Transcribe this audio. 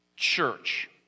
Church